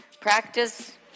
Practice